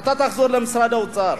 ואתה תחזור למשרד האוצר.